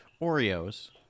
Oreos